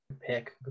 Pick